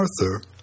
Arthur